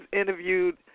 interviewed